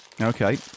Okay